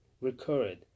recurred